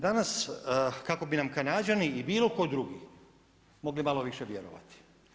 Danas kako bi nam Kanađani i bilo tko drugi mogli malo više vjerovati.